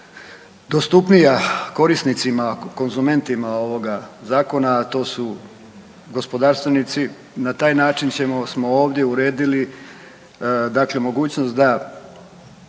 dostupnija korisnicima, konzumentima ovoga zakona, a to su gospodarstvenici. Na taj način ćemo, smo ovdje uredili dakle mogućnost da